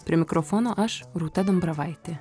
prie mikrofono aš rūta dambravaitė